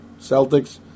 Celtics